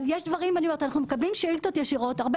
אנחנו מקבלים שאילתות ישירות הרבה